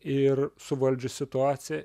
ir suvaldžius situaciją